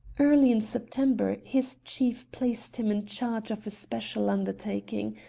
early in september, his chief placed him in charge of a special undertaking.